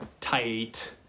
tight